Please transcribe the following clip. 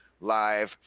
live